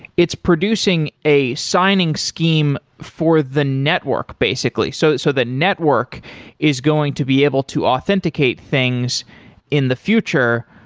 it's producing a signing scheme for the network basically. so so the network is going to be able to authenticate things in the future.